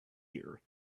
here